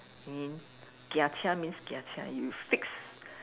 mean gia chia means gia chia you fix